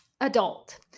adult